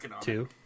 two